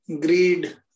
greed